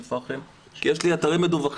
פאחם כי יש לי ממש מעט אתרים מדווחים,